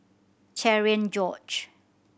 Cherian George